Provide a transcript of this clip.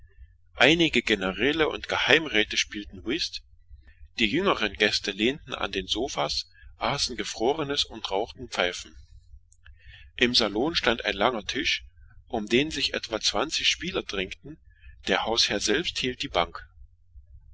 einige generäle und geheimräte spielten whist junge herren saßen lässig auf den weichen diwans und rauchten pfeifen an einem langen tisch im saal um den sich etwa zwanzig spieler drängten saß der hausherr und hielt die bank